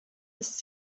ist